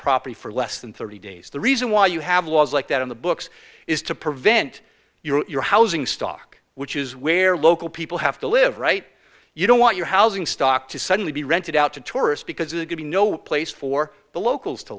property for less than thirty days the reason why you have laws like that on the books is to prevent your housing stock which is where local people have to live right you don't want your housing stock to suddenly be rented out to tourists because it could be no place for the locals to